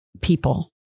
people